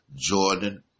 Jordan